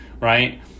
Right